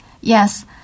Yes